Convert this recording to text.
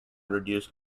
reduce